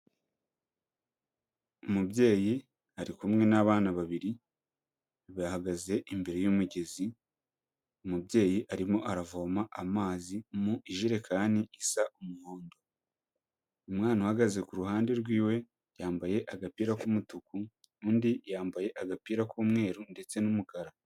Umubyeyi ari kumwe n'abana babiri, bahagaze imbere y'umugezi, umubyeyi arimo aravoma amazi mu ijerekani isa umuhondo, umwana uhagaze ku ruhande rwiwe yambaye agapira k'umutuku, undi yambaye agapira k'umweru ndetse n'umukara.